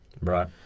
Right